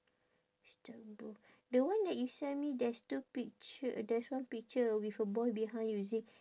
dark blue the one that you send me there's two picture there's one picture with a boy behind using